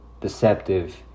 deceptive